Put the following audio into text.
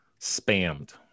spammed